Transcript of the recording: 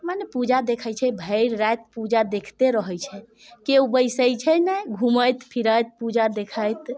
मने पूजा देखै छै भरि राति पूजा देखते रहै छै केओ बैसै छै नहि घूमैत फिरैत पूजा देखैत